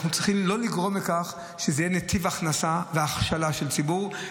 אנחנו צריכים לא לגרום לכך שזה יהיה נתיב הכנסה והכשלה של ציבור,